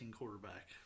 quarterback